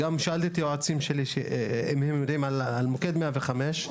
גם שאלתי את היועצים שלי אם הם שמעו על מוקד 105,